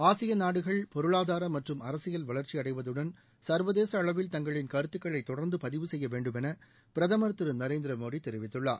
ஆசிய நாடுகள் பொருளாதார மற்றும் அரசியல் வளர்ச்சியடைவதுடன் சர்வதேச அளவில் தங்களின் கருத்துக்களை தொடர்ந்து பதிவு செய்ய வேண்டுமௌ பிரதமர் திரு நரேந்திர மோடி தெரிவித்துள்ளார்